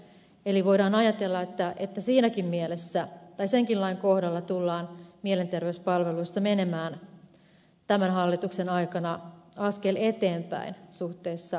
eli voidaan ajatella että senkin lain kohdalla tullaan mielenterveyspalveluissa menemään tämän hallituksen aikana askel eteenpäin suhteessa aikaisempaan